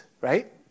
right